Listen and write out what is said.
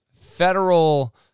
federal